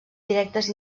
directes